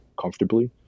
comfortably